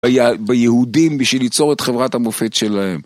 ביהודים בשביל ליצור את חברת המופת שלהם.